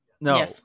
No